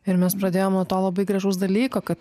ir mes pradėjom nuo to labai gražaus dalyko kad